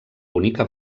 bonica